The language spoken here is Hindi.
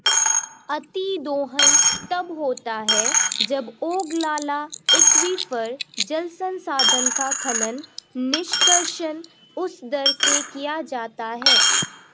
अतिदोहन तब होता है जब ओगलाला एक्वीफर, जल संसाधन का खनन, निष्कर्षण उस दर से किया जाता है